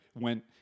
went